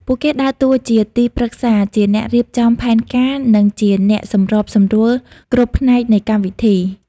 ពួកគេដើរតួជាទីប្រឹក្សា ជាអ្នករៀបចំផែនការ និងជាអ្នកសម្របសម្រួលគ្រប់ផ្នែកនៃកម្មពិធី។